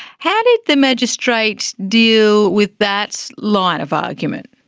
how did the magistrate deal with that line of argument?